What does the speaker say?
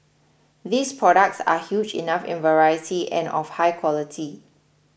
these products are huge enough in variety and of high quality